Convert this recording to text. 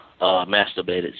masturbated